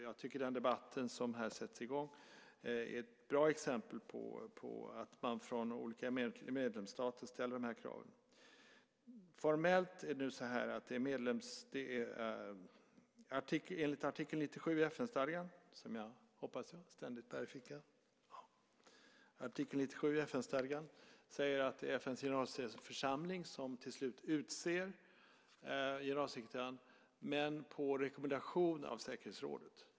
Jag tycker att den debatt som här sätts i gång är ett bra exempel på att man från olika medlemsstater ställer de här kraven. Formellt är det så att enligt artikel 97 i FN-stadgan, som jag hoppas att jag ständigt bär i fickan - ja, här är den - är det FN:s generalförsamling som till slut utser generalsekreteraren, men på rekommendation av säkerhetsrådet.